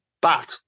But-